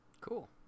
Cool